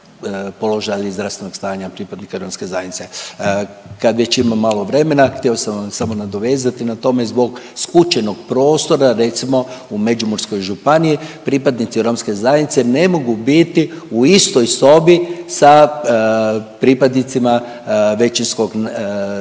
položaja, ali i zdravstvenog stanja pripadnika romske zajednice. Kad već imam malo vremena htio sam vam samo nadovezati na tome zbog skučenog prostora recimo u Međimurskoj županiji pripadnici romske zajednice ne mogu biti u istoj sobi sa pripadnicima većinskog, većinske